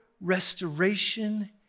restoration